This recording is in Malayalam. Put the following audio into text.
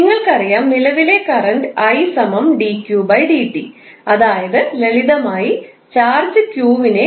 നിങ്ങൾക്ക് അറിയാം നിലവിലെ കറൻറ് 𝑖 𝑑𝑞𝑑𝑡 അതായത് ലളിതമായി ചാർജ് q നെ